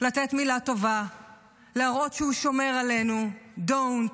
לתת מילה טובה, להראות שהוא שומר עלינו, "Don't".